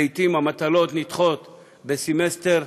לעתים המטלות נדחות בסמסטר,